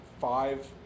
five